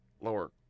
lower